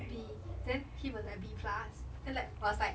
B then keith was like B plus then like I was like